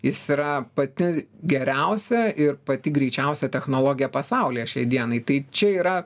jis yra pati geriausia ir pati greičiausia technologija pasaulyje šiai dienai tai čia yra